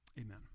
Amen